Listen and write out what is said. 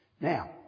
Now